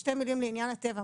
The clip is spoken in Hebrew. שתי מילים לעניין הטבע.